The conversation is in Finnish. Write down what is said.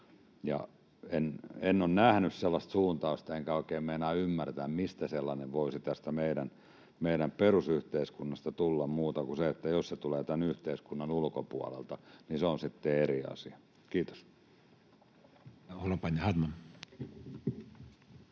En ole nähnyt sellaista suuntausta, enkä oikein meinaa ymmärtää, mistä sellainen voisi tästä meidän perusyhteiskunnasta tulla, mutta jos se tulee tämän yhteiskunnan ulkopuolelta, niin se on sitten eri asia. — Kiitos. [Speech 117]